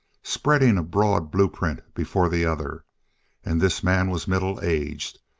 spreading a broad blueprint before the other and this man was middle-aged,